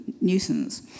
nuisance